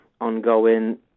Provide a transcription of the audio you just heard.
ongoing